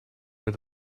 mir